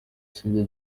sibyo